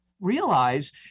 realize